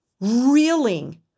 reeling